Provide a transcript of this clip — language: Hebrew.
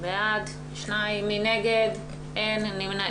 הצבעה בעד, 2 נגד, אין אושר.